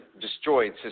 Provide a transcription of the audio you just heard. destroyed